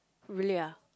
really ah